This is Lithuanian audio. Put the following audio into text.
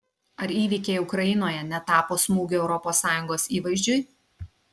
ar įvykiai ukrainoje netapo smūgiu europos sąjungos įvaizdžiui